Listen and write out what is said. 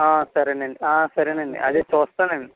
సరే అండి సరే అండి అదే చూస్తాను అండి